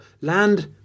land